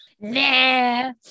Nah